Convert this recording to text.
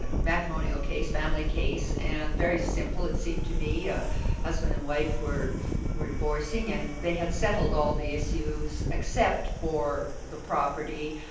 matrimonial case, family case, and very simple, it seemed to me, ah husband and wife were were divorcing, and they had settled all the issues, except for the property.